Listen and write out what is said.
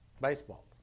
baseball